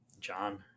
John